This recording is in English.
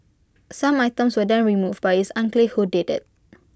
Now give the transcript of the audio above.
some items were then removed but IT is unclear who did IT